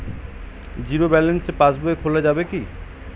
Zero balance পাশ বই খোলা যাবে কি?